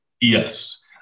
Yes